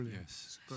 Yes